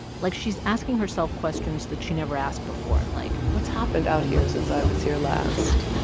like, she's asking herself questions that she never asked before like. what's happened out here since i was here last?